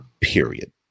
period